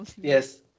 Yes